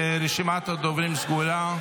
רשימת הדוברים סגורה.